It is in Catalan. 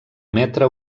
emetre